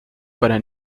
para